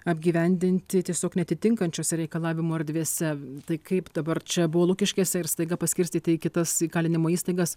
apgyvendinti tiesiog neatitinkančiose reikalavimų erdvėse tai kaip dabar čia buvo lukiškėse ir staiga paskirstyti į kitas įkalinimo įstaigas